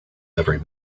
every